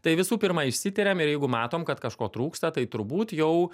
tai visų pirma išsitiriam ir jeigu matom kad kažko trūksta tai turbūt jau